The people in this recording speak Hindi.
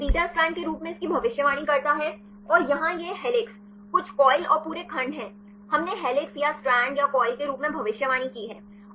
तो यह एक बीटा स्ट्रैंड के रूप में इसकी भविष्यवाणी करता है और यहां यह हेलिक्स कुछ कॉइल और पूरे खंड है हमने हेलिक्स या स्टैंड या कॉइल के रूप में भविष्यवाणी की है